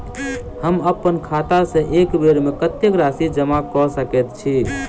हम अप्पन खाता सँ एक बेर मे कत्तेक राशि जमा कऽ सकैत छी?